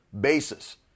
basis